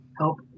help